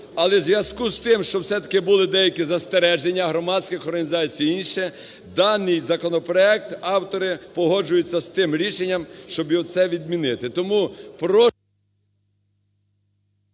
Але у зв'язку з тим, що все-таки були деякі застереження громадських організацій і інше, даний законопроект, автори погоджуються з тим рішенням, щоб це відмінити.